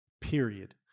period